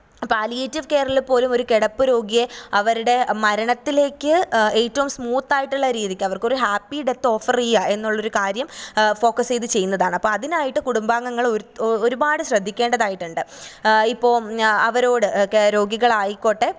palliative കെയറിൽ പോലും ഒരു കിടപ്പ് രോഗിയെ അവരുടെ മരണത്തിലേക്ക് ഏറ്റവും സ്മൂത്തായിട്ടുള്ള രീതിക്ക് അവര്ക്ക് ഒരു ഹാപ്പി ഡെത്ത് ഓഫറ് ചെയ്യുക എന്നുള്ളൊരു കാര്യം ഫോക്കസ് ചെയ്ത് ചെയ്യുന്നതാണ് അപ്പം അതിനായിട്ട് കുടുംബാംഗങ്ങൾ ഒരുപാട് ശ്രദ്ധിക്കേണ്ടതായിട്ടൂണ്ട് ഇപ്പോഴും അവരോട് രോഗികളായിക്കോട്ടെ